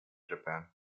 japan